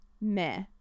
meh